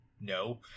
no